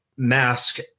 mask